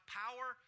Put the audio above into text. power